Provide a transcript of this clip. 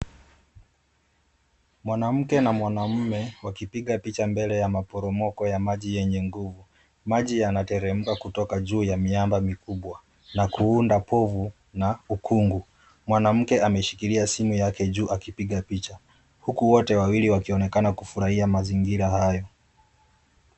Mwanamke na mwanaume wakipiga picha mbele ya maporomoko ya maji yenye nguvu. Maji yanateremka kutoka juu ya miamba mikubwa na kuunda povu na ukungu. Mwanamke ameshikilia simu yake juu akipiga picha huku wote wawili wakionekana kufurahia mazingira hayo.